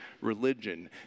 Religion